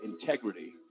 integrity